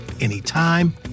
anytime